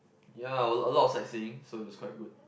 ya a a lot of sightseeing so it was quite good